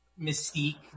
mystique